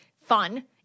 fun